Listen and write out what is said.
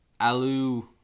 Alu